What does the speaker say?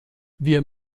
wir